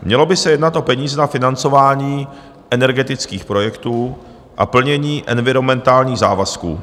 Mělo by se jednat o peníze na financování energetických projektů a plnění environmentálních závazků.